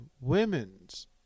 women's